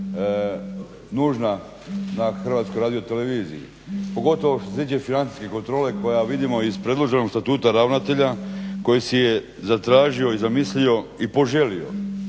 na HRT -u, pogotovo što se tiče financijske kontrole koja vidimo iz predloženog statuta ravnatelja koji si je zatražio, zamislio i poželio